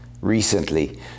recently